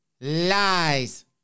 Lies